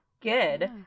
Good